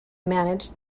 managed